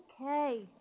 Okay